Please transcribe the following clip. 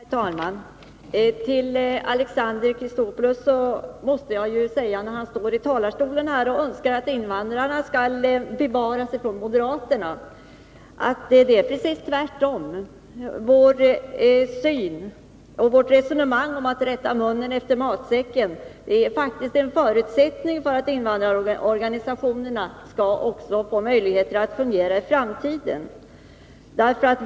Herr talman! Alexander Chrisopoulos står här i talarstolen och säger att han önskar att invandrarna skall bevaras från moderaterna. Men jag vill säga till honom att han borde önska precis det motsatta. Vår syn och vårt resonemang om att rätta munnen efter matsäcken är faktiskt en förutsättning för att invandrarorganisationerna skall få möjligheter att fungera också i framtiden.